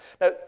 Now